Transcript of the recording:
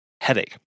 headache